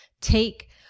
take